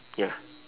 ya